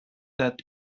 that